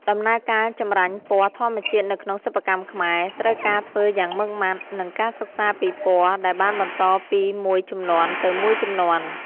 ដំណើរការចម្រាញ់ពណ៌ធម្មជាតិនៅក្នុងសិប្បកម្មខ្មែរ ត្រូវការធ្វើយ៉ាងម៉ឺងម៉ាត់ និងការសិក្សាពីពណ៌ដែលបានបន្តពីមួយជំនាន់ទៅមួយជំនាន់។